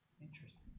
interesting